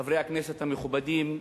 חברי הכנסת המכובדים,